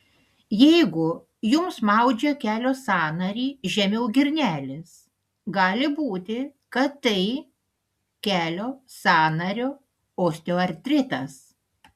jeigu jums maudžia kelio sąnarį žemiau girnelės gali būti kad tai kelio sąnario osteoartritas